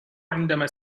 عندما